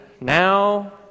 now